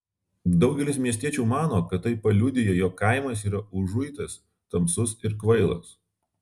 daugelis miestiečių mano kad tai paliudija jog kaimas yra užuitas tamsus ir kvailas